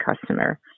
customer